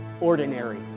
ordinary